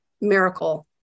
miracle